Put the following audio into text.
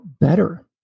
better